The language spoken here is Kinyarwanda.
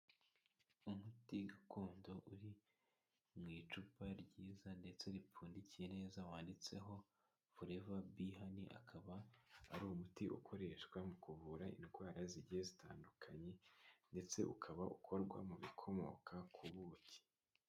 Umuti gakondo uri mu icupa ryiza ndetse ripfundikiye neza, wanditseho Forever Bee Honey, akaba ari umuti ukoreshwa mu kuvura indwara zigiye zitandukanye ndetse ukaba ukorwa mu bikomoka ku buki.